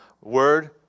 word